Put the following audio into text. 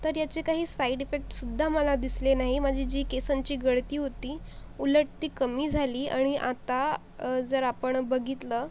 तर याचे काही साईड ईफेक्टसुद्धा मला दिसले नाही माझी जी केसांची गळती होती उलट ती कमी झाली आणि आता जर आपण बघितलं